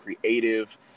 creative